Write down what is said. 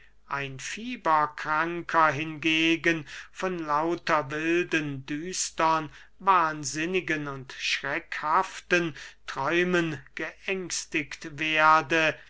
ein fieberkranker hingegen von lauter wilden düstern wahnsinnigen und schreckhaften träumen geängstigt werde